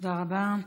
תודה רבה.